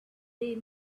they